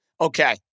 Okay